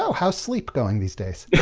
how's sleep going these days?